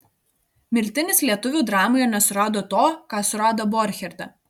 miltinis lietuvių dramoje nesurado to ką surado borcherte